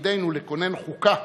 בתפקידנו לכונן חוקה